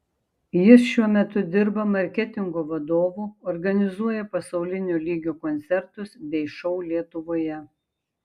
jis šiuo metu dirba marketingo vadovu organizuoja pasaulinio lygio koncertus bei šou lietuvoje